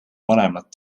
vanemad